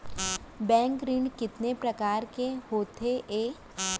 Bank ऋण कितने परकार के होथे ए?